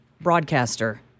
broadcaster